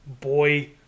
boy